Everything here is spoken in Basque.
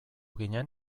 ginen